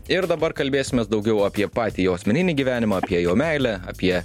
ir dabar kalbėsimės daugiau apie patį jo asmeninį gyvenimą apie jo meilę apie